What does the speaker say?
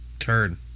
Turn